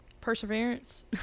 perseverance